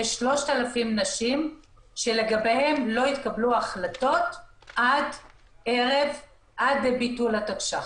זה 3,000 נשים שלגביהן לא התקבלו החלטות עד ביטול התקש"ח.